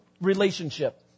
relationship